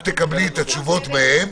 את תקבלי את התשובות מהם,